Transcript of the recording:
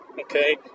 okay